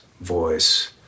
voice